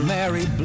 Mary